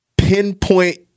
Pinpoint